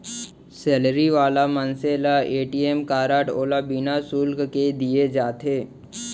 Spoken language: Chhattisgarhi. सेलरी वाला मनसे ल ए.टी.एम कारड ओला बिना सुल्क के दिये जाथे